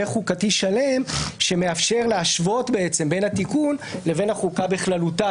חוקתי שלם שמאפשר להשוות בין התיקון לבין החוקה בכללותה.